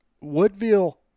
woodville